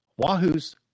Wahoos